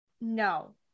no